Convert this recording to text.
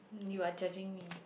um you are judging me